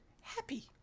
Happy